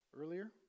earlier